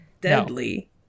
deadly